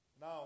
Now